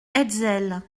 hetzel